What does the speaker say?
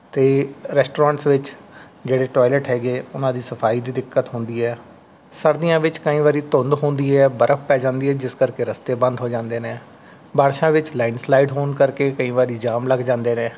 ਅਤੇ ਰੈਸਟਰੋਂਟਸ ਵਿੱਚ ਜਿਹੜੇ ਟੋਇਲੇਟ ਹੈਗੇ ਉਹਨਾਂ ਦੀ ਸਫਾਈ ਦੀ ਦਿੱਕਤ ਹੁੰਦੀ ਹੈ ਸਰਦੀਆਂ ਵਿੱਚ ਕਈ ਵਾਰੀ ਧੁੰਦ ਹੁੰਦੀ ਹੈ ਬਰਫ਼ ਪੈ ਜਾਂਦੀ ਹੈ ਜਿਸ ਕਰਕੇ ਰਸਤੇ ਬੰਦ ਹੋ ਜਾਂਦੇ ਨੇ ਬਾਰਿਸ਼ਾਂ ਵਿੱਚ ਲੈਂਡਸਲਾਈਡ ਹੋਣ ਕਰਕੇ ਕਈ ਵਾਰੀ ਜਾਮ ਲੱਗ ਜਾਂਦੇ ਨੇ